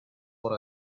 what